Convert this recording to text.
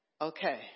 Okay